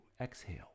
Exhale